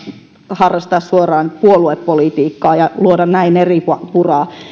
harrastaa suoraan puoluepolitiikkaa ja luoda näin eripuraa